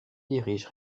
dirige